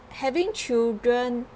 having children